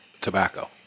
tobacco